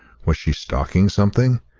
was she stalking something?